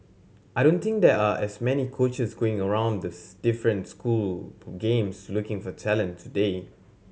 I don't think there are as many coaches going around the different school games looking for talent today